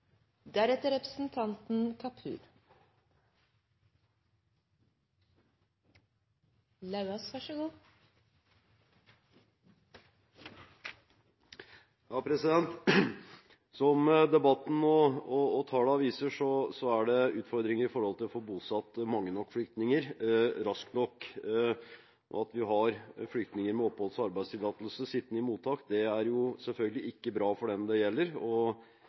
det utfordringer med hensyn til å få bosatt mange nok flyktninger raskt nok. At vi har flyktninger med oppholds- og arbeidstillatelse sittende i mottak, er selvfølgelig ikke bra for dem det gjelder. Det fører også til at vi ikke får nyttiggjort oss den muligheten som ligger i at de faktisk kommer raskt inn i jobb og